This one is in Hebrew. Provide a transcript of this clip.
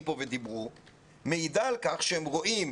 כאן ודיברו מעידה על כך שהם רואים